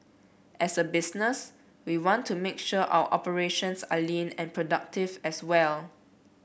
as a business we want to make sure our operations are lean and productive as well